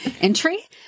entry